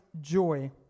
joy